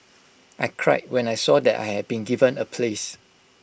I cried when I saw that I had been given A place